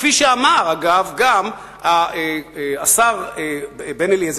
כפי שאמר גם השר בן-אליעזר,